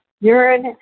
urine